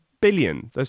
billion